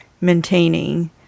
maintaining